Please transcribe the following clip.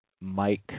Mike